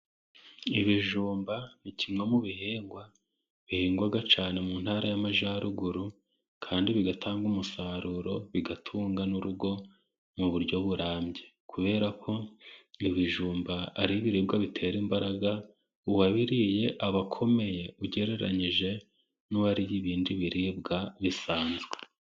Ibijumba kimwe mu ibihingwa bihingwa cyane mu Ntara y'Amajyaruguru kandi bigatanga umusaruro, bigatunga n'urugo mu buryo burambye, kubera ko ibijumba ari ibiribwa bitera imbaraga, uwabiriye abakomeye ugereranyije n'uwariye ibindi biribwa bisanzwe.